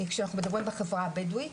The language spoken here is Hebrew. כשאנחנו מדברים על החברה הבדואית,